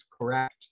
correct